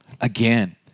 Again